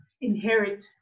inherit